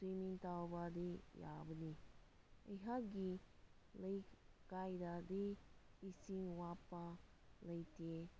swimming ꯇꯧꯕꯗꯤ ꯌꯥꯕꯅꯤ ꯑꯩꯍꯥꯛꯀꯤ ꯂꯩꯀꯥꯏꯗꯗꯤ ꯏꯁꯤꯡ ꯋꯥꯕ ꯂꯩꯇꯦ